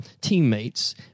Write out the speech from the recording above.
teammates